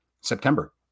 September